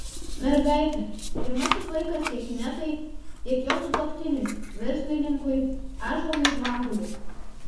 mergaitė pirmasis vaikas tiek inetai tiek jos sutuoktiniui verslininkui ąžuolui žvaguliui